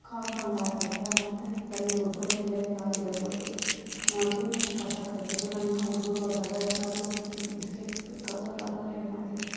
compound ಹಾಕಿದ್ದಾರೆ ಮತ್ತು ಅದರಲ್ಲಿ ಉದುರೋ ಎಲೆಗಳಾಗಿರ್ಬೋದು ನಾವು ಏನೇನು ಕಸ ಕಡ್ಡಿ ಏನನ ಹುಡುಗ್ರು ಹೋದಾಗ ಏನಾದ್ರು ಒಂದು ತಿಂದು ಬಿಸ್ಕೆಟ್ ಕವರು ಆ ಥರ ಏನಾರು ಹಾಕಿದ್ರೆ